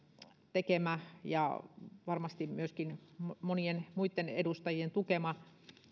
tekemä ja varmasti myöskin monien muitten edustajien tukema